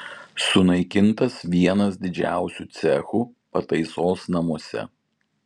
sunaikintas vienas didžiausių cechų pataisos namuose